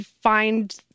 find